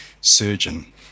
surgeon